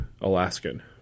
Alaskan